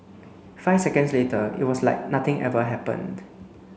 five seconds later it was like nothing ever happened